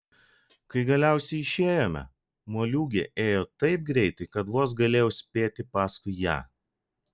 kai galiausiai išėjome moliūgė ėjo taip greitai kad vos galėjau spėti paskui ją